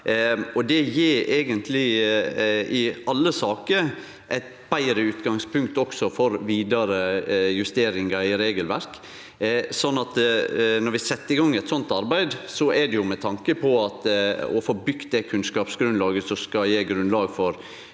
eigentleg i alle saker – eit betre utgangspunkt for vidare justeringar i regelverk. Når vi set i gang eit slikt arbeid, er det med tanke på å få bygd det kunnskapsgrunnlaget som skal gje grunnlag for